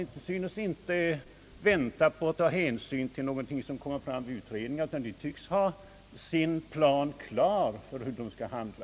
SJ synes inte vänta på och ta hänsyn till någonting som kommer fram vid utredningarna, utan SJ tycks ha sin plan klar för hur man skall handla.